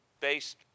based